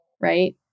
Right